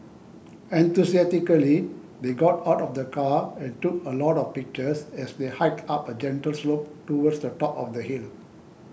enthusiastically they got out of the car and took a lot of pictures as they hiked up a gentle slope towards the top of the hill